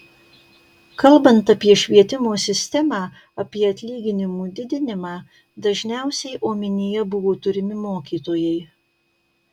kalbant apie švietimo sistemą apie atlyginimų didinimą dažniausiai omenyje buvo turimi mokytojai